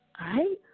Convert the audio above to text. right